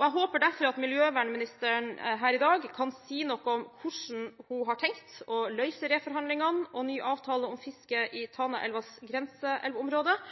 Jeg håper derfor at miljøvernministeren her i dag kan si noe om hvordan hun har tenkt å løse reforhandlingene om ny avtale om fisket i Tana-elvens grenseelvområder,